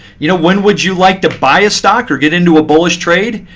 you know when would you like to buy a stock or get into a bullish trade?